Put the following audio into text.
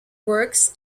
works